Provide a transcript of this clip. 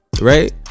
Right